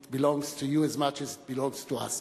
It belongs to you as much as it belongs to us.